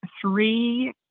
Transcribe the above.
three